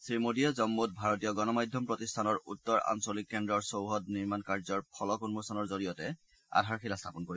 শ্ৰীমোদীয়ে জম্মুত ভাৰতীয় গণমাধ্যম প্ৰতিষ্ঠানৰ উত্তৰ আঞ্চলিক কেন্দ্ৰৰ চৌহদ নিৰ্মাণ কাৰ্যৰ ফলক উন্মোচনৰ জৰিয়তে আধাৰশিলা স্থাপন কৰিব